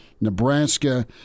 Nebraska